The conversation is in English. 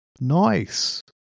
Nice